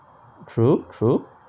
true true